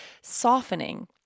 softening